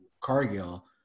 Cargill